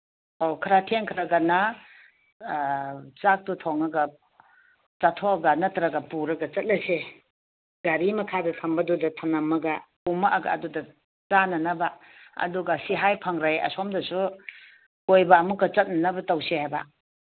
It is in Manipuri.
ꯑꯧ ꯈꯔ ꯊꯦꯡꯈ꯭ꯔꯒꯅ ꯆꯥꯛꯇꯣ ꯊꯣꯡꯉꯒ ꯆꯥꯊꯣꯛꯑꯒ ꯅꯠꯇ꯭ꯔꯒ ꯄꯨꯔꯒ ꯆꯠꯂꯁꯤ ꯒꯥꯔꯤ ꯃꯈꯥꯗ ꯊꯝꯕꯗꯨꯗ ꯊꯃꯝꯃꯒ ꯀꯨꯝꯃꯛꯑꯒ ꯑꯗꯨꯗ ꯆꯥꯅꯅꯕ ꯑꯗꯨꯒ ꯍꯤꯍꯥꯏ ꯐꯪꯔꯩ ꯑꯁꯣꯝꯗꯁꯨ ꯀꯣꯏꯕ ꯑꯃꯨꯛꯛ ꯆꯠꯅꯅꯕ ꯇꯧꯁꯦ ꯍꯥꯏꯕ